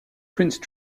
prince